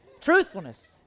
Truthfulness